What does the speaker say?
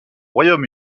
royaume